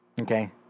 Okay